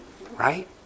Right